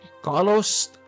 Carlos